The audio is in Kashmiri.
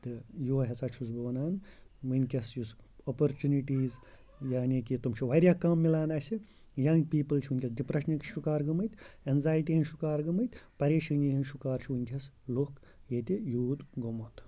تہٕ یوٚہَے ہَسا چھُس بہٕ وَنان وٕنکیٚس یُس اَپُرچُنِٹیٖز یعنی کہِ تِم چھِ واریاہ کَم مِلان اَسہِ یَنٛگ پیٖپٕل چھِ وٕںکیٚس ڈِپرٛشنٕکۍ شُکار گٔمٕتۍ ایٚنزایٹی ہِنٛدۍ شُکار گٔمٕتۍ پریشٲنی ہِنٛدۍ شُکار چھُ وٕنکیٚس لُکھ ییٚتہِ یوٗتھ گوٚمُت